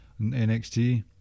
NXT